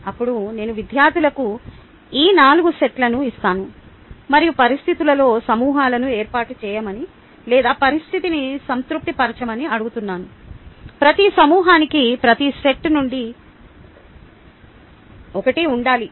అప్పుడు నేను విద్యార్థులకు ఈ 4 సెట్లను ఇస్తాను మరియు పరిస్థితులలో సమూహాలను ఏర్పాటు చేయమని లేదా పరిస్థితిని సంతృప్తి పరచమని అడుగుతున్నాను ప్రతి సమూహానికి ప్రతి సెట్ నుండి ఒకటి ఉండాలి